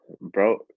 Bro